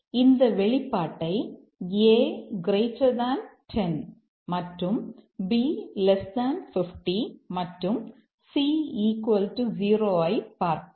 இந்த வெளிப்பாட்டை a 10 மற்றும் b 50 மற்றும் c 0 ஐப் பார்ப்போம்